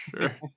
Sure